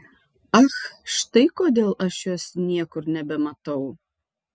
ach štai kodėl aš jos niekur nebematau